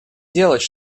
делать